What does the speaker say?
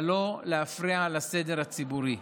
אבל לא להפריע לסדר הציבורי.